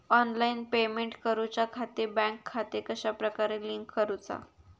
Online payment करुच्याखाती bank खाते कश्या प्रकारे लिंक करुचा?